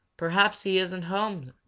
perhaps he isn't home,